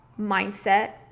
mindset